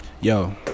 Yo